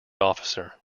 officer